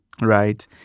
Right